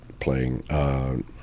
playing